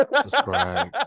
subscribe